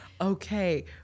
Okay